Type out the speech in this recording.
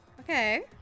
okay